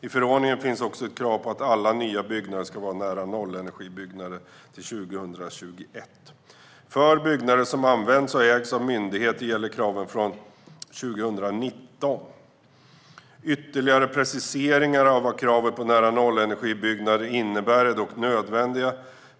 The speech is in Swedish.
I förordningen finns också ett krav på att alla nya byggnader ska vara nära-nollenergibyggnader 2021. För byggnader som används och ägs av myndigheter gäller kravet från 2019. Ytterligare preciseringar av vad kravet på nära-nollenergibyggnader innebär är dock nödvändiga.